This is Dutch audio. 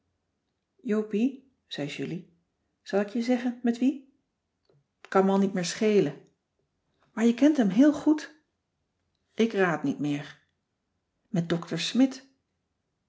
jopie zei julie zal ik je zeggen met wie t kan me al niet meer schelen cissy van marxveldt de h b s tijd van joop ter heul maar je kent hem heel goed ik raad niet meer met dr smidt